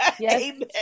Amen